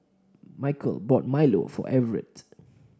Michell bought Milo for Evert